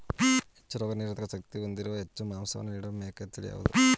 ಹೆಚ್ಚು ರೋಗನಿರೋಧಕ ಶಕ್ತಿ ಹೊಂದಿದ್ದು ಹೆಚ್ಚು ಮಾಂಸವನ್ನು ನೀಡುವ ಮೇಕೆಯ ತಳಿ ಯಾವುದು?